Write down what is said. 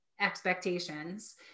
expectations